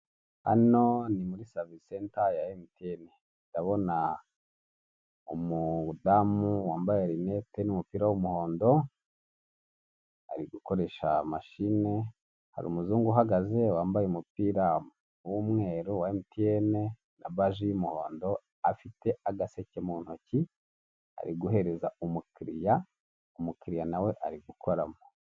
Hano ni muri savisi senta ya Emutiyene, ndabona umudamu wambaye linete n'umupira w'umuhondo ari gukoresha mashine, hari umuzungu uhagaze wambaye umupira w'umweru wa Emutiyene na baji y'umuhondo afite agaseke mu ntoki ari guhereza umukiriya, umukiriya nawe ari gukoramo.